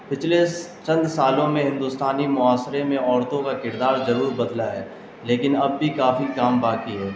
پچھلے س چند سالوں میں ہندوستانی معاشرے میں عورتوں کا کردار ضرور بدلا ہے لیکن اب بھی کافی کام باقی ہے